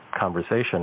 conversation